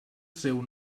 seu